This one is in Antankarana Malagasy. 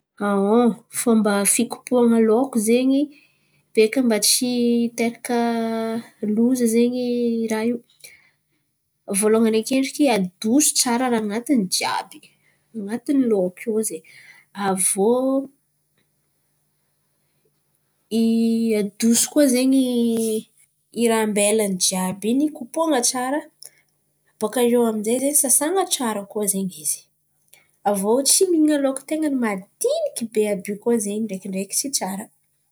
Fômba fikopohan̈a laoko zen̈y beka mba tsy hiteraka loza zen̈y raha io. Vôlohan̈y akendriky, adoso tsara raha an̈atin̈y jiàby an̈atin̈y laoko io zen̈y, avô adoso koa zen̈y i raha ambelan̈y jiàby in̈y, kopohan̈a tsara bôkà eo amin'jay zen̈y sasan̈a tsara koa zen̈y izy. Avô tsy mihinà laoko ten̈a madiniky jiàby io zen̈y tsy ten̈a tsara